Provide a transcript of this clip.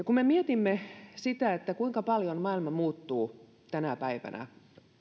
kun me mietimme sitä kuinka paljon maailma muuttuu tänä päivänä